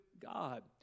God